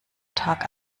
tag